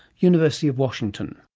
university of washington.